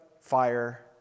fire